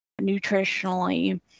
nutritionally